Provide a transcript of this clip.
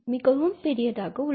மிகவும் பெரியதாக உள்ளது